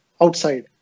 outside